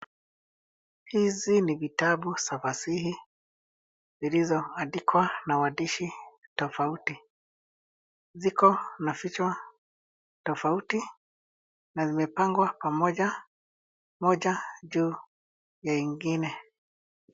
Hizi ni vitabu za fasihi zilizo andikwa na waandishi tofauti. Ziko na vichwa tofauti na zimepangwa pamoja moja juu ya ingine.